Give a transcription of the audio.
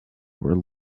were